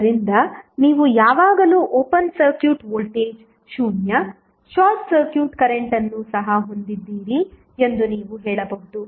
ಆದ್ದರಿಂದ ನೀವು ಯಾವಾಗಲೂ open circuit voltage 0 short circuit current ಅನ್ನು ಸಹ ಹೊಂದಿದ್ದೀರಿ ಎಂದು ನೀವು ಹೇಳಬಹುದು